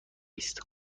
است